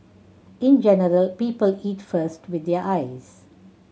in general people eat first with their eyes